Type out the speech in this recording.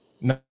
No